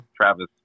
Travis